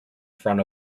front